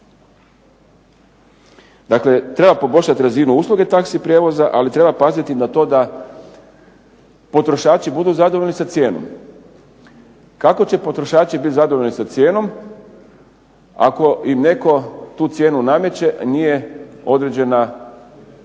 Dakle, treba poboljšati razinu usluge taxi prijevoza, ali treba paziti i na to da potrošači budu zadovoljni sa cijenom. Kako će potrošači biti zadovoljni sa cijenom ako im netko tu cijenu nameće, a nije određena tržištem.